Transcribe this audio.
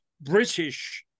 British